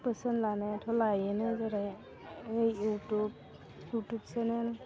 बोसोन लानायाथ' लायोआनो जेरै इउटुब चेनेल